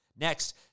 Next